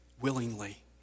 willingly